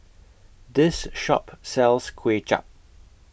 This Shop sells Kuay Chap